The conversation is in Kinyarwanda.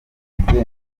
bitaro